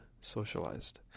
socialized